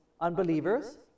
unbelievers